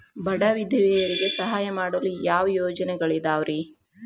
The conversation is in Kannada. ಬಡ ವಿಧವೆಯರಿಗೆ ಸಹಾಯ ಮಾಡಲು ಯಾವ ಯೋಜನೆಗಳಿದಾವ್ರಿ?